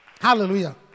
Hallelujah